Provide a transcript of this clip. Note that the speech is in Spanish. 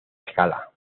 escala